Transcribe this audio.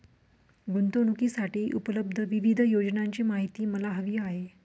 गुंतवणूकीसाठी उपलब्ध विविध योजनांची माहिती मला हवी आहे